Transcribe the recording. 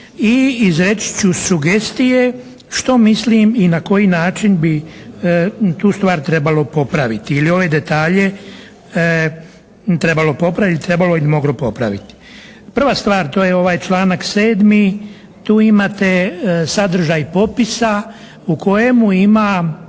i izreći ću sugestije što mislim i na koji način bi tu stvar trebalo popraviti ili ove detalje trebalo popraviti, trebalo ili moglo popraviti. Prva stvar, to je ovaj članak 7. Tu imate sadržaj popisa u kojemu ima